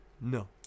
No